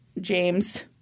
James